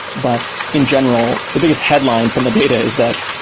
but in general, the biggest headline from the data is that,